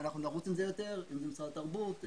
נרוץ עם זה יותר כמו משרד התרבות,